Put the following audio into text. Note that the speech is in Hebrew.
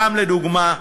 סתם לדוגמה,